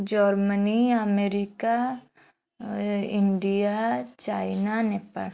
Germany America India China Nepal